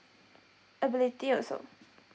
ability also